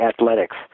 Athletics